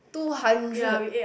two hundred